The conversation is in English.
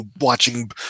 watching